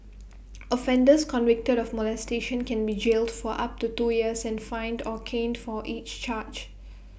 offenders convicted of molestation can be jailed for up to two years and fined or caned for each charge